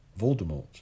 Voldemort